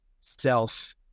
self